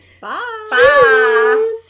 Bye